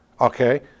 Okay